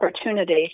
opportunity